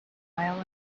mile